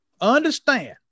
understand